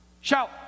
shout